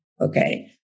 Okay